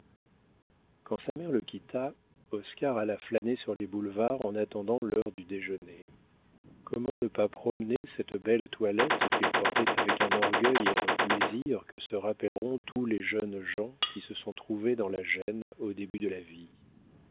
quand sa mère le quitta oscar alla flâner sur les boulevards en attendant l'heure du déjeuner comment ne pas promener cette belle toilette qu'il portait avec un orgueil et un plaisir que se rappelleront tous les jeunes gens qui se sont trouvés dans la gêne au début de la vie